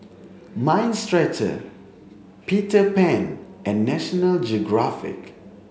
mind Stretcher Peter Pan and National Geographic